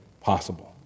possible